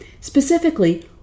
specifically